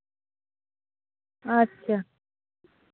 ᱟᱪᱪᱷᱟ